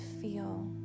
feel